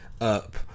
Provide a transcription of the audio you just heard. up